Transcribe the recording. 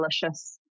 delicious